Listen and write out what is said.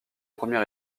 premier